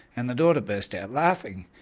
and the daughter burst out laughing.